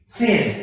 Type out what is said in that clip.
sin